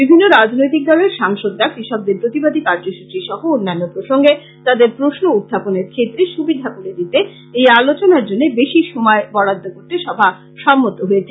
বিভিন্ন রাজনৈতিক দলের সাংসদরা কৃষকদের প্রতিবাদী কার্যসূচী সহ অন্যান্য প্রসঙ্গে তাদের প্রশ্ন উত্থাপনের ক্ষেত্রে সুবিধা করে দিতে এই আলোচনার জন্য বেশি সময় বরাদ্দ করতে সভা সম্মত হয়েছে